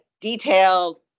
detailed